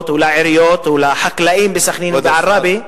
ולעיריות ולחקלאים בסח'נין ועראבה.